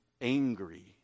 angry